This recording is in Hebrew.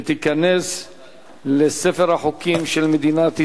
ותיכנס לספר החוקים של מדינת ישראל.